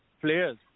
players